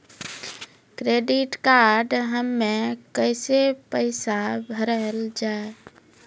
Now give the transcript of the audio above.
Credit card हम्मे कैसे पैसा भरल जाए?